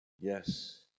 Yes